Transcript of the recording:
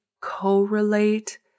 correlate